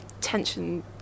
tension